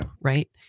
right